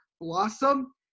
blossom